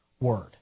word